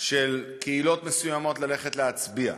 של קהילות מסוימות ללכת להצביע,